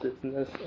business